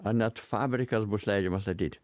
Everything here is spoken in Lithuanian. ar net fabrikas bus leidžiama statyt